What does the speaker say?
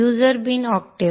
user bin octave